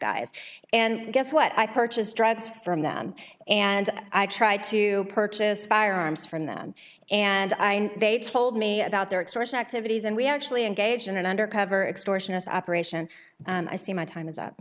guys and guess what i purchased drugs from them and i tried to purchase firearms from them and i know they told me about their excursion activities and we actually engaged in an undercover extortion as operation and i see my time is up